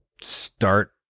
start